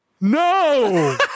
no